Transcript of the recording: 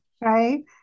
right